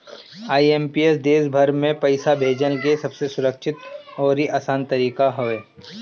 IMPS देस भर में पईसा भेजला के सबसे सुरक्षित अउरी आसान तरीका हवे